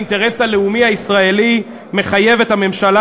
האינטרס הלאומי הישראלי מחייב את הממשלה